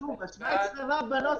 שוב, 17ו בנוסח.